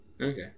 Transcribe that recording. Okay